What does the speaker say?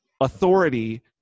authority